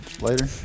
Later